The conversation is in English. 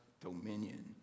dominion